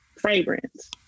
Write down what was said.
fragrance